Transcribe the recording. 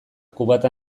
kubata